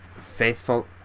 faithful